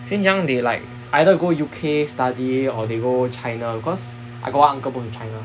since young they like either go U_K study or they go china cause I got one uncle work in china